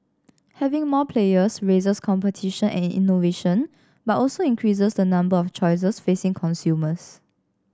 having more players raises competition and innovation but also increases the number of choices facing consumers